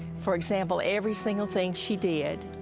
for example, every single thing she did,